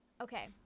Okay